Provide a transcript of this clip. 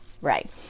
Right